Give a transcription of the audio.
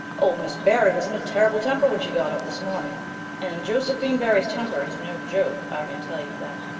old miss barry was in a terrible temper when she got up this morning and josephine barry's temper is no joke, i can tell you that.